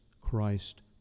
Christ